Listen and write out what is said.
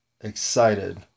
excited